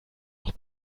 noch